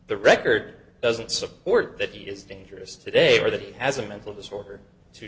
the record doesn't support that he is dangerous today or that he has a mental disorder to